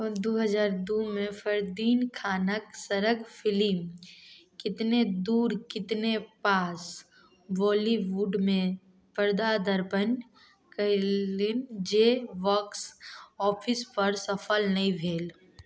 ओ दू हजार दू मे फरदीन खानक सड़क फिल्म कितने दूर कितने पास बॉलीवुडमे पदादर्पण कयलनि जे बॉक्स ऑफिस पर सफल नहि भेल